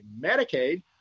Medicaid